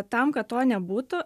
tam kad to nebūtų